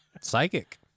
Psychic